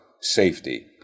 safety